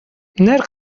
نرخ